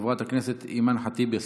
חברת הכנסת אימאן ח'טיב יאסין,